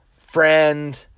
friend